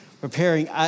preparing